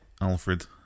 Alfred